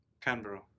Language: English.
Canberra